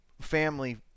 family